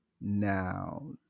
Now